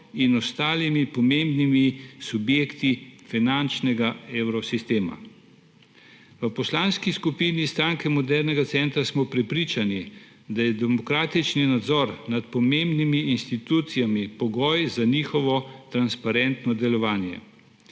in ostalimi pomembnimi subjekti finančnega Evrosistema. V Poslanski skupini Stranke modernega centra smo prepričani, da je demokratični nadzor nad pomembnimi institucijami pogoj za njihovo transparentno delovanje.